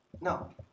No